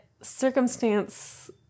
circumstance